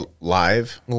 Live